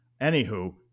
Anywho